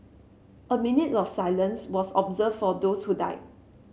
a minute of silence was observed for those who died